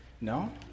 No